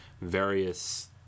various